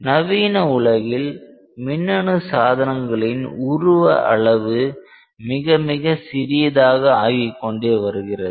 நவீன உலகில் மின்னணு சாதனங்களின் உருவ அளவு மிக மிக சிறியதாக ஆகிக்கொண்டே வருகிறது